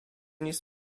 nic